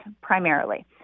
primarily